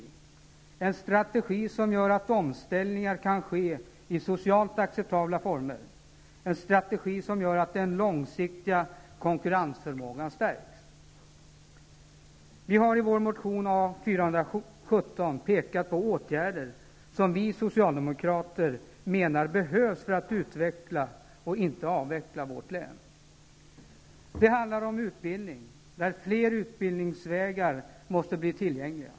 Det bör vara en strategi som gör att omställningar kan ske i socialt acceptabla former och att den långsiktiga konkurrensförmågan stärks. Vi har i vår motion A417 pekat på åtgärder som vi socialdemokrater menar behövs för att utveckla och inte avveckla vårt län. Det handlar om utbildning. Fler utbildningsvägar måste bli tillgängliga.